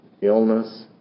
illness